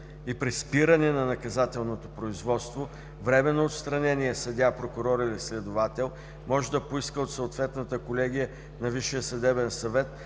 и при спиране на наказателното производство временно отстраненият съдия, прокурор или следовател може да поиска от съответната колегия на Висшия съдебен съвет